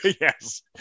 Yes